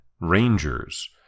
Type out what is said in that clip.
Rangers